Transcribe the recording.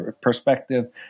perspective